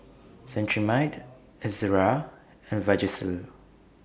Cetrimide Ezerra and Vagisil